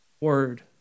word